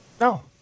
No